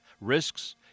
risks